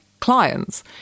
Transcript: clients